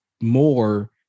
more